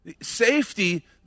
Safety